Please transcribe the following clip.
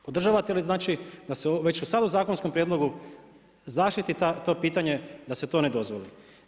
Podržavate li znači da se već sada u zakonskom prijedlogu zaštiti to pitanje da se to ne dozvoli?